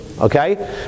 Okay